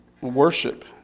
worship